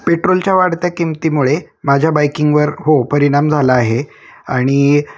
पेट्रोलच्या वाढत्या किंमतीमुळे माझ्या बाईकिंगवर हो परिणाम झाला आहे आणि